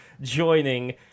joining